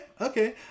Okay